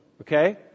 okay